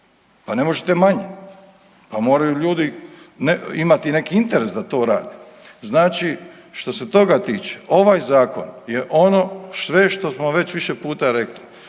pa ne možete manje. Pa moraju ljudi imati neki interes da to rade. Znači što se toga tiče, ovaj Zakon je ono sve što smo već više puta rekli.